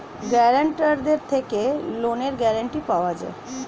গ্যারান্টারদের থেকে লোনের গ্যারান্টি পাওয়া যায়